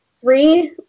three